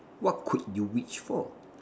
what could you wish for